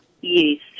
Yes